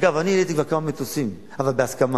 אגב, אני העליתי כבר כמה מטוסים, אבל בהסכמה.